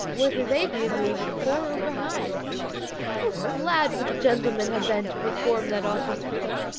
whether they viewed me before or behind how glad would the gentlemen have been to perform that office for them!